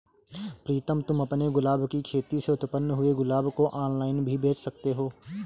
प्रीतम तुम अपने गुलाब की खेती से उत्पन्न हुए गुलाब को ऑनलाइन भी बेंच सकते हो